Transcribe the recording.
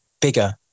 bigger